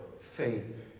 faith